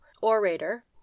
orator